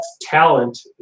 talent